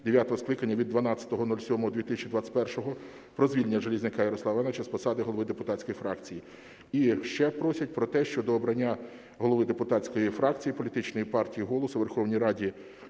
скликання від 12.07.2021 про звільнення Железняка Ярослава Івановича з посади голови депутатської фракції. І ще просять про те, що до обрання голови депутатської фракції політичної партії "Голос" у Верховній Раді